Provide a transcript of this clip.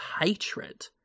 hatred